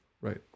right